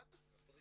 אחד זה